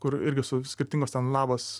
kur irgi su skirtingos ten lavos